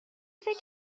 فکر